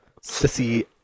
Sissy